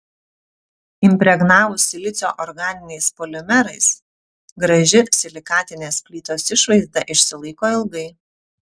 impregnavus silicio organiniais polimerais graži silikatinės plytos išvaizda išsilaiko ilgai